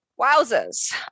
Wowzers